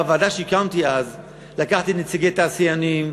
ולוועדה שהקמתי אז לקחתי נציגי תעשיינים,